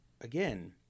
again